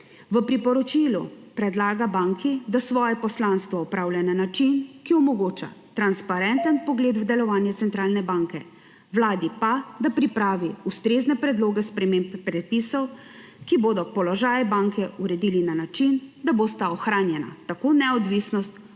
v priporočilu predlaga banki, da svoje poslanstvo opravlja na način, ki omogoča transparenten pogled v delovanje centralne banke, vladi pa, da pripravi ustrezne predloge sprememb predpisov, ki bodo položaj banke uredili na način, da bosta ohranjena tako neodvisnost kot